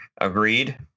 agreed